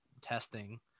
testing